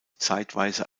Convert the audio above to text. zeitweise